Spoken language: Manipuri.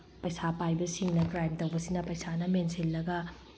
ꯄꯩꯁꯥ ꯄꯥꯏꯕꯁꯤꯡꯅ ꯀ꯭ꯔꯥꯏꯝ ꯇꯧꯕꯁꯤꯅ ꯄꯩꯁꯥꯅ ꯃꯦꯟꯁꯤꯜꯂꯒ